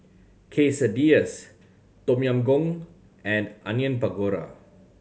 Quesadillas Tom Yam Goong and Onion Pakora